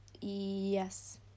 yes